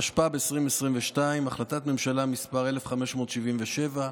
התשפ"ב 2022, מ/1577,